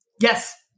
Yes